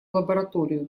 лабораторию